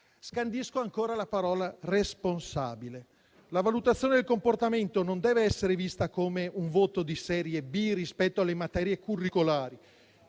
Scandisco ancora la parola "responsabile". La valutazione del comportamento non deve essere vista come un voto di serie B rispetto alle materie curricolari.